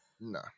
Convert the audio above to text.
No